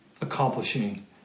accomplishing